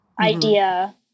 idea